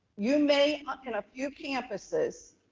you may in a few campuses,